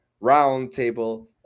roundtable